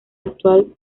actual